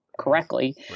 correctly